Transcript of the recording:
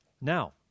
Now